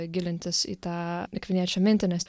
gilintis į tą akviniečio mintį nes